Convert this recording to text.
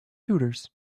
tutors